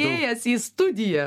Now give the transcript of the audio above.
įėjęs į studiją